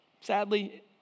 sadly